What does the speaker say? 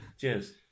Cheers